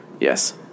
Yes